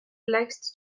likes